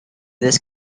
this